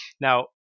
Now